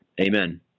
Amen